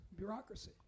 bureaucracy